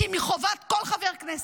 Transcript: כי מחובת כל חבר כנסת,